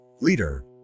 leader